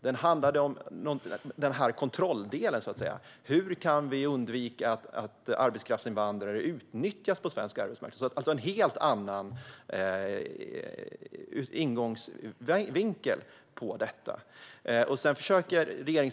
Den handlade i stället om kontrolldelen - hur kan vi undvika att arbetskraftsinvandrare utnyttjas på svensk arbetsmarknad? Ingångsvinkeln var en helt annan.